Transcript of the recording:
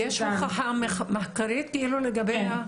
יש הוכחה מחקרית לגביה?